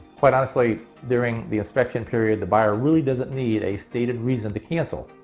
quite honestly during the inspection period the buyer really doesn't need a stated reason to cancel.